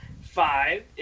five